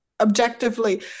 objectively